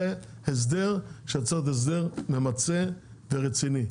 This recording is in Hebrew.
זה צריך להיות הסדר ממצה ורציני,